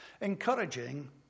Encouraging